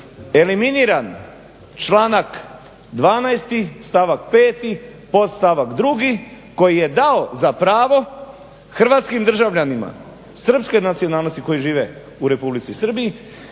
eliminiran članak 12.stavak 5.podstavak 2. koji je dao za pravo hrvatskim državljanima Srpske nacionalnosti koji žive u Republici Srbiji